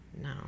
No